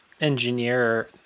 engineer